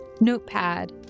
notepad